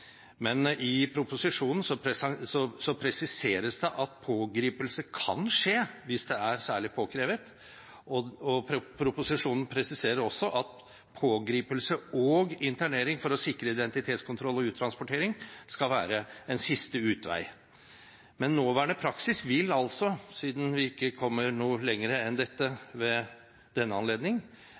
Men i proposisjonen presiseres det at pågripelse kan skje hvis det er særlig påkrevet, og proposisjonen presiserer også at pågripelse og internering for å sikre identitetskontroll og uttransportering skal være en siste utvei. Men nåværende praksis vil altså, siden vi ikke kommer noe lenger enn dette ved denne anledning,